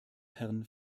herrn